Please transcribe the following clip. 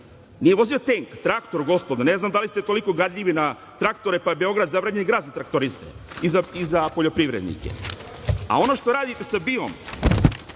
Nije vozio tenk, traktor gospodo. Ne znam da li ste toliko gadljivi na traktore, pa je Beograd zabranjen grad za traktoriste i za poljoprivrednike. Ono što radite sa BIA